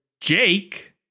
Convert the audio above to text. Jake